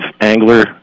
angler